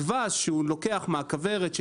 הדבש שהוא לוקח מהכוורת,